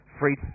free